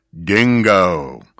dingo